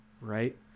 right